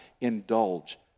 indulge